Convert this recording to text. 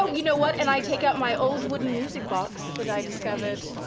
you know what, and i take out my old wooden music box that i discovered.